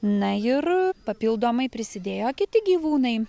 na ir papildomai prisidėjo kiti gyvūnai